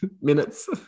minutes